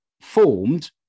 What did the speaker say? formed